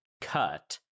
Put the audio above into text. cut